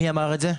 מי אמר את זה?